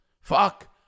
Fuck